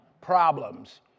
problems